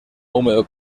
húmedo